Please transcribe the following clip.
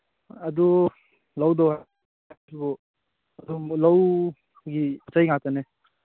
ꯑꯗꯨ ꯂꯧꯗꯣꯏ ꯑꯗꯨꯝ ꯂꯧꯒꯤ ꯑꯩꯈꯣꯏꯒꯤ ꯄꯣꯠ ꯆꯩ ꯉꯥꯛꯇꯅꯤ